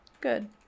Good